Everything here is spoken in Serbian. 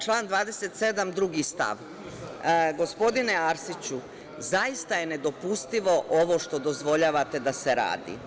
Član 27. stav 2. Gospodine Arsiću, zaista je nedopustivo ovo što dozvoljavate da se radi.